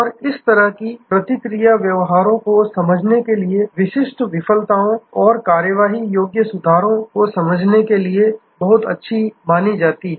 और इस तरह की प्रतिक्रिया व्यवहारों को समझने के लिए विशिष्ट विफलताओं और कार्यवाही योग्य सुधारो को समझने के लिए बहुत अच्छी मानी जाती है